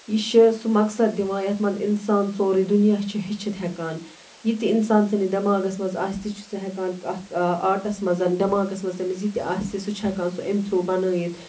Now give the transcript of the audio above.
یہِ چھُ سُہ مقصد دِوان یَتھ منٛز اِنسان سورُے دُنیاہ چھُ ہٮ۪چھِتھ ہیٚکان یہِ تہِ اِنسان سِنٛدِس دٮ۪ماغَس منٛز آسہِ تہِ چھُ سُہ ہیٚکان اَتھ آرٹَس منٛز دٮ۪ماغس منٛز تٔمِس یہِ تہِ آسہِ سُہ چھُ ہیٚکان سُہ اَمہِ تھروٗ بَنٲیِتھ